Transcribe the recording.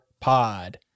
pod